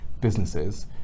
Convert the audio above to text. businesses